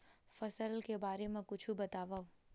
फसल के बारे मा कुछु बतावव